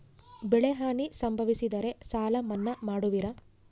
ಬೆಳೆಹಾನಿ ಸಂಭವಿಸಿದರೆ ಸಾಲ ಮನ್ನಾ ಮಾಡುವಿರ?